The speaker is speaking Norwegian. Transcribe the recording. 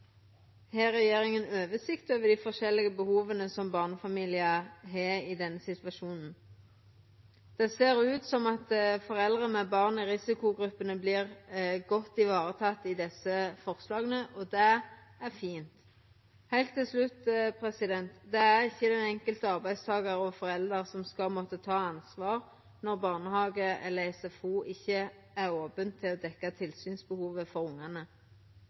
Har regjeringa oversikt over dei forskjellige behova som barnefamiliar har i denne situasjonen? Det ser ut som foreldre med barn i risikogruppene vert godt tekne vare på i dette forslaget, og det er fint. Heilt til slutt: Det er ikkje den enkelte arbeidstakaren og foreldra som skal måtta ta ansvar når barnehagen eller SFO ikkje er open for å dekkja tilsynsbehovet til ungane.